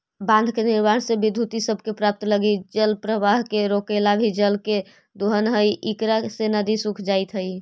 बाँध के निर्माण से विद्युत इ सब के प्राप्त लगी जलप्रवाह के रोकला भी जल के दोहन हई इकरा से नदि सूख जाइत हई